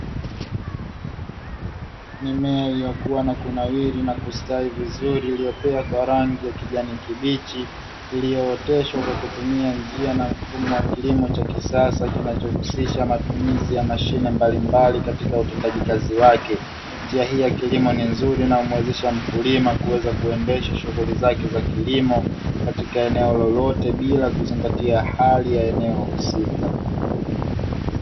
Mimea iliyokuwa na kunawiri na kustawi vizuri, iliyokoa kwa rangi ya kijani kibichi, iliyooteshwa kwa kutumia njia na mfumo kilimo cha kisasa, kinachohusisha matumizi ya mashine mbalimbali katika utendaji kazi wake. Njia hii ya kilimo ni nzuri na humwezesha mkulima kuweza kuendesha shughuli zake za kilimo katika eneo lolote bila kuzingatia hali ya eneo husika.